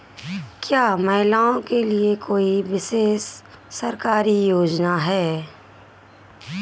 क्या महिलाओं के लिए कोई विशेष सरकारी योजना है?